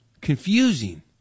Confusing